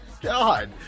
God